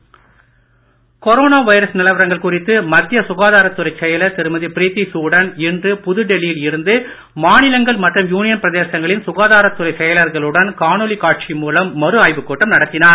virus corona virus நிலவரங்கள் குறித்து மத்திய சுகாதாரத் துறைச் செயலர் திருமதி பிரித்தி சூடன் இன்று புதுடெல்லியில் இருந்து மாநிலங்கள் மற்றும் யூனியன் பிரதேசங்களின் சுகாதாரத் துறை செயலர்களுடன் காணொலி காட்சி மூலம் மறுஆய்வுக் கூட்டம் நடத்தினார்